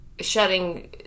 shutting